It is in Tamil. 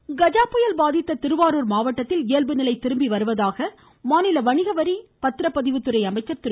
வீரமணி கஜா புயல் பாதித்த திருவாரூர் மாவட்டத்தில் இயல்பு நிலை திரும்பி வருவதாக மாநில வணிகவரி மற்றும் பத்திரபதிவு துறை அமைச்சர் திரு